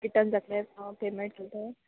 return जात्ले payment writ